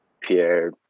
Pierre